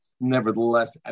Nevertheless